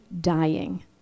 dying